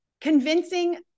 convincing